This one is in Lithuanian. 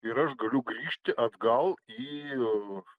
ir aš galiu grįžti atgal į